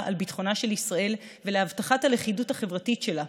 על ביטחונה של ישראל ולהבטחת הלכידות החברתית שלה.